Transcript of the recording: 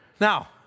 Now